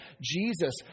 Jesus